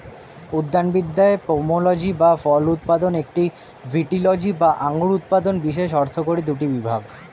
উদ্যানবিদ্যায় পোমোলজি বা ফল উৎপাদন এবং ভিটিলজি বা আঙুর উৎপাদন বিশেষ অর্থকরী দুটি বিভাগ